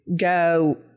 go